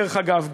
דרך אגב,